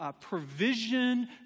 provision